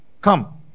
Come